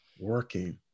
working